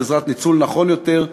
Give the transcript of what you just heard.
בעזרת ניצול נכון יותר,